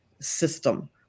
system